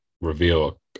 reveal